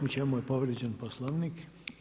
U čemu je povrijeđen Poslovnik?